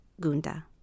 Gunda